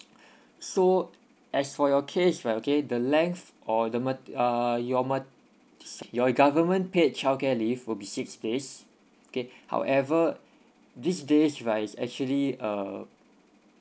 so as for your case right okay the length or the ma~ uh your ma~ s~ your government paid childcare leave will be six days okay however these days right is actually uh